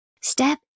step